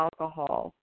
alcohol